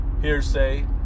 hearsay